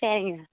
சரிங்க